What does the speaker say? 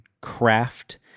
craft